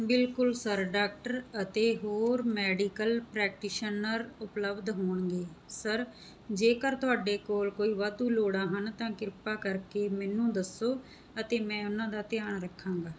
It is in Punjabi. ਬਿਲਕੁਲ ਸਰ ਡਾਕਟਰ ਅਤੇ ਹੋਰ ਮੈਡੀਕਲ ਪ੍ਰੈਕਟੀਸ਼ਨਰ ਉਪਲਬਧ ਹੋਣਗੇ ਸਰ ਜੇਕਰ ਤੁਹਾਡੇ ਕੋਲ ਕੋਈ ਵਾਧੂ ਲੋੜਾਂ ਹਨ ਤਾਂ ਕਿਰਪਾ ਕਰਕੇ ਮੈਨੂੰ ਦੱਸੋ ਅਤੇ ਮੈਂ ਉਹਨਾਂ ਦਾ ਧਿਆਨ ਰੱਖਾਂਗਾ